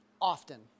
often